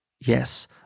yes